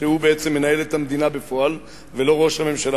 שהוא בעצם מנהל את המדינה בפועל ולא ראש הממשלה,